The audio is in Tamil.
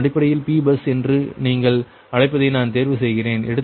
அதன் அடிப்படையில் P பஸ் என்று நீங்கள் அழைப்பதை நான் தேர்வு செய்கிறேன்